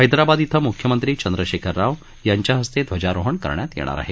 हैदराबाद इथं मुख्यमंत्री चंद्रशेखर राव यांच्या हस्ते ध्वजारोहण करण्यात येणार आहे